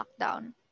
lockdown